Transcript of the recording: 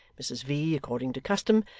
mrs v, according to custom,